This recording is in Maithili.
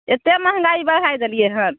एत्ते महँगाइ बढ़ाय देलिए हन